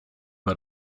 war